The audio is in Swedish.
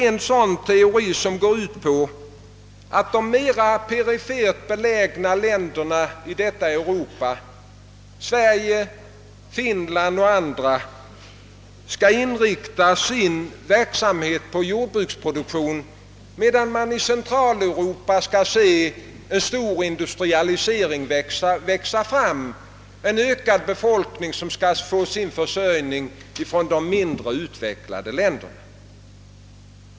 En teori går ut på att de mer perifert belägna länderna i Europa — Sverige, Finland och andra — skall inrikta sin verksamhet på jordbruksproduktion, medann man i Centraleuropa skall se en storindustrialisering växa fram; en ökad befolkning där skulle alltså få sin försörjning från mindre utvecklade länder.